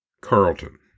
Carlton